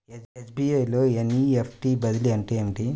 SBI లో NEFT బదిలీ అంటే ఏమిటి?